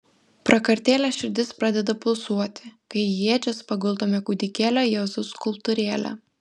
prakartėlės širdis pradeda pulsuoti kai į ėdžias paguldome kūdikėlio jėzaus skulptūrėlę